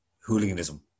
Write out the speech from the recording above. hooliganism